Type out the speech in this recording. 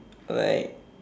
alright